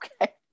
okay